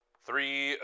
Three